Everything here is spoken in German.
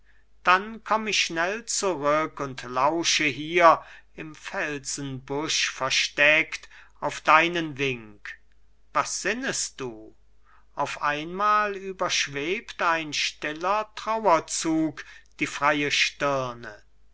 dann komm ich schnell zurück und lausche hier im felsenbusch versteckt auf deinen wink was sinnest du auf einmal überschwebt ein stiller trauerzug die freie stirne